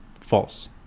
false